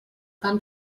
tan